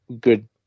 Good